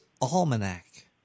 almanac